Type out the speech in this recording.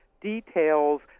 details